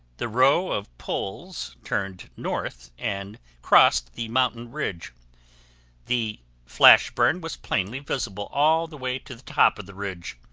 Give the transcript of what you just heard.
the row of poles turned north and crossed the mountain ridge the flash burn was plainly visible all the way to the top of the ridge,